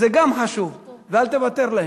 זה גם חשוב, ואל תוותר להם.